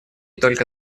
только